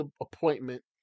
appointment